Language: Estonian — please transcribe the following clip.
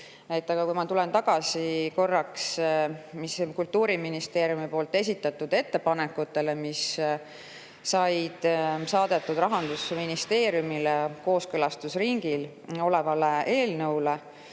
Aga kui ma tulen korraks tagasi Kultuuriministeeriumi esitatud ettepanekute juurde, mis said saadetud Rahandusministeeriumile kooskõlastusringil oleva eelnõu